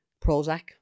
Prozac